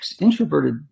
introverted